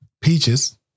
Peaches